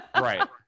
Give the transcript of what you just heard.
right